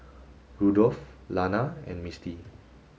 Rudolph Lana and Misti